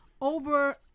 over